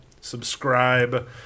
subscribe